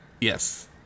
Yes